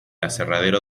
aserradero